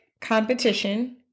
competition